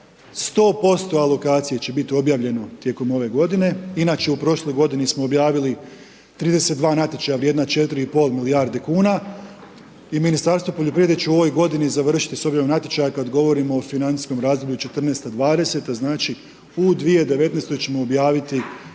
100% alokacije će biti objavljeno tijekom ove godine. Inače u prošloj g. smo objavili 32 natječaja vrijedna 4,5 milijarde kuna i Ministarstvo poljoprivrede će u ovoj godini završiti s obzirom na natječaj kada govorimo o financijskom razdoblju '14., '20. znači u 2019. ćemo objaviti